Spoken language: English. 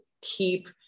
keep